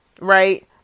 right